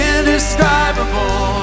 Indescribable